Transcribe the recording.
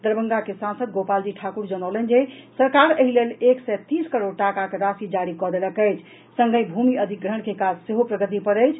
दरभंगा के सांसद गोपाल जी ठाकुर जनौलनि जे सरकार एहि लेल एक सय तीस करोड़ टाकाक राशि जारी कऽ देलक अछि संगहि भूभि अधिग्रहण के काज सेहो प्रगति पर अछि